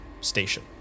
station